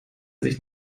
sich